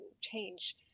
change